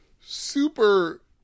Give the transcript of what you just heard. super